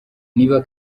niba